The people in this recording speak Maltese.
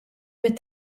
mit